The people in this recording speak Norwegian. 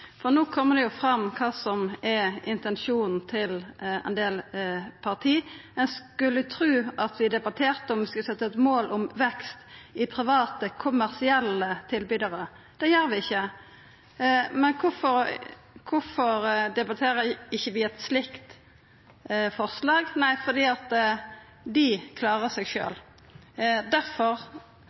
for no kjem det jo fram kva som er intensjonen til ein del parti. Ein skulle tru at vi debatterte om vi skal setja eit mål om vekst i private kommersielle tilbydarar. Det gjer vi ikkje. Kvifor debatterer vi ikkje eit slikt forslag? Jo, fordi dei klarer seg